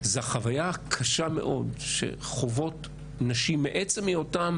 זו החוויה הקשה מאוד שחוות נשים מעצם היותן